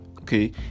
okay